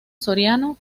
soriano